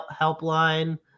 helpline